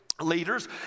leaders